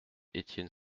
etienne